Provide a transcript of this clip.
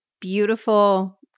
beautiful